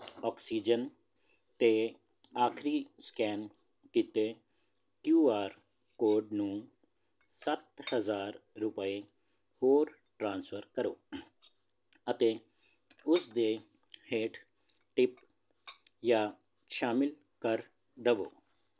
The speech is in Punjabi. ਆਕਸੀਜਨ 'ਤੇ ਆਖਰੀ ਸਕੈਨ ਕੀਤੇ ਕਿਊਆਰ ਕੋਡ ਨੂੰ ਸੱਤ ਹਜ਼ਾਰ ਰੁਪਏ ਹੋਰ ਟ੍ਰਾਂਸਫਰ ਕਰੋ ਅਤੇ ਉਸ ਦੇ ਹੇਠ ਟਿਪ ਜਾਂ ਸ਼ਾਮਿਲ ਕਰ ਦਵੋ